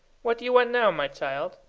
what do you want now, my child?